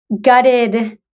gutted